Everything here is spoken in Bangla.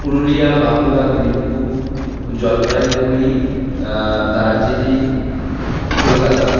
পুরুলিয়া বাঁকুড়া বীরভূম জলপাইগুড়ি দার্জিলিং কলকাতা